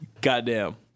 goddamn